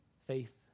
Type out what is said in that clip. Faith